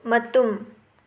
ꯃꯇꯨꯝ